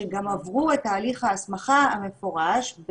שגם עברו את תהליך ההסמכה המפורש,